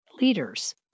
leaders